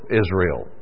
Israel